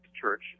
Church